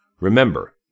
Remember